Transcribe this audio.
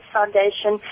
Foundation